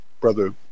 brother